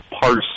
parse